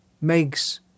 makes